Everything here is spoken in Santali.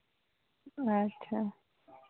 ᱟᱪᱪᱷᱟ